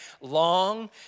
long